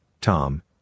Tom